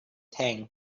tank